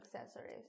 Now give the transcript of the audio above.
accessories